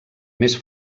més